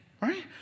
right